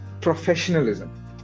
professionalism